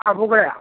ആ പൂ കടയാ